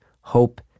hope